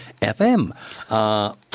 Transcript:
FM